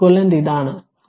അതിനാൽ ഞാൻ അത് മായ്ക്കട്ടെ